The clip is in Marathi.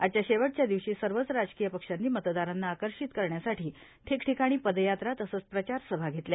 आजच्या ीवटच्या दिवशी सर्वच राजकीय पक्षांनी मतदारांना आर्कार्शित करण्यासाठी ठिकठिकाणी पदयात्रा तसंच प्रचारसभा घेतल्या